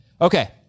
Okay